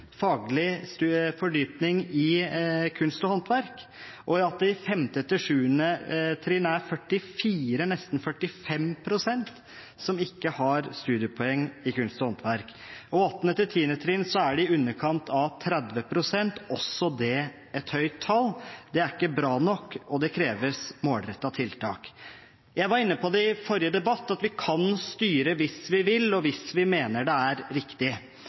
fordypning i kunst og håndverk, og at det i 5.–7. trinn er nesten 45 pst. som ikke har studiepoeng i kunst og håndverk. I 8.–10. trinn er det i underkant av 30 pst. – også det et høyt tall. Det er ikke bra nok, og det kreves målrettede tiltak. Jeg var inne på det i forrige debatt, at vi kan styre hvis vi vil, og hvis vi mener det er riktig.